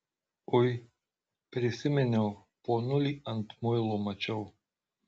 ui prisiminiau ponulį ant muilo mačiau